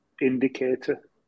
indicator